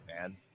man